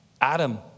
Adam